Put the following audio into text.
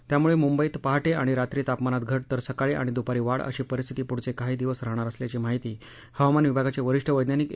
त्यामुळे मुंबईत पहाटे आणि रात्री तापमानात घट तर सकाळी आणि दुपारी वाढ अशी परिस्थिती पुढचे काही दिवस राहाणार असल्याची माहिती हवामान विभागाचे वरिष्ठ वैज्ञानिक ए